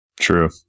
True